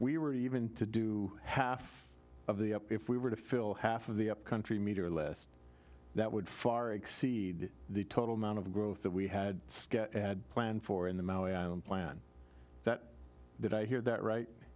we were even to do half of the up if we were to fill half of the upcountry meter list that would far exceed the total amount of growth that we had planned for in the plan that that i hear that right